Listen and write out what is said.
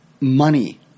money